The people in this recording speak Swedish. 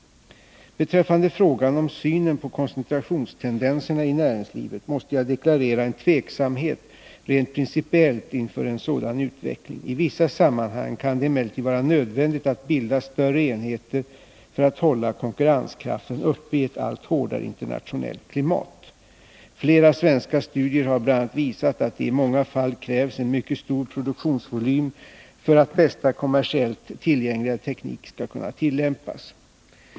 Beträffande frågan om synen på koncentrationstendenserna i näringslivet måste jag deklarera en tveksamhet rent principiellt inför en sådan utveckling. I vissa sammanhang kan det emellertid vara nödvändigt att bilda större enheter för att hålla konkurrenskraften uppe i ett allt hårdare internationellt klimat. Flera svenska studier har bl.a. visat att det i många fall krävs en mycket stor produktionsvolym för att den bästa teknik som är kommersiellt tillgänglig skall kunna tillämpas.